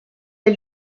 est